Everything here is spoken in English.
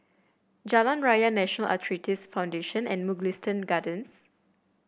Jalan Raya National Arthritis Foundation and Mugliston Gardens